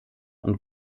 und